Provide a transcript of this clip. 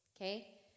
okay